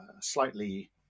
slightly